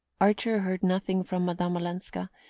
archer heard nothing from madame olenska,